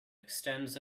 extends